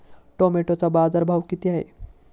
टोमॅटोचा बाजारभाव किती आहे?